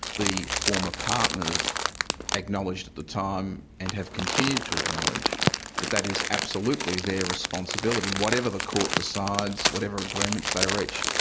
the former partners acknowledged at the time and have continued to acknowledge that that is absolutely their responsibility. whatever the court decides, whatever agreements they reach,